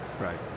Right